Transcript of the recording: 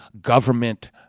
government